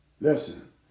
Listen